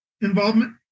involvement